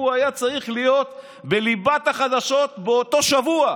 היה צריך להיות בליבת החדשות באותו שבוע.